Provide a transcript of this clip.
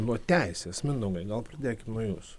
nuo teisės mindaugai gal pradėkim nuo jūsų